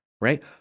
right